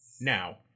Now